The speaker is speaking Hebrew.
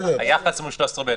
היחס עם 13(ב).